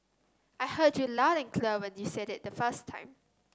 I heard you loud and clear when you said it the first time